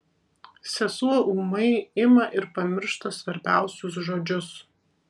sesuo ūmai ima ir pamiršta svarbiausius žodžius